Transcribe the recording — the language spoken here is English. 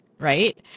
right